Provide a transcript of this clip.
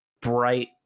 bright